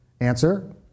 Answer